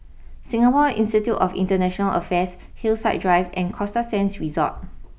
Singapore Institute of International Affairs Hillside Drive and Costa Sands Resort